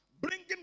bringing